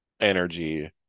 energy